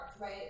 right